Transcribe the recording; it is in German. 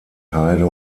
heide